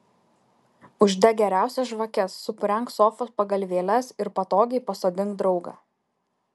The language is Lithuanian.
uždek geriausias žvakes supurenk sofos pagalvėles ir patogiai pasodink draugą